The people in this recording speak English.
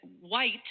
white